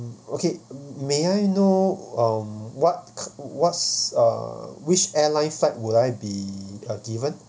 okay may I know um what what's uh which airline flight would I be uh given